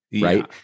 right